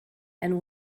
and